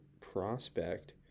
prospect